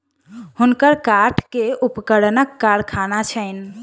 हुनकर काठ के उपकरणक कारखाना छैन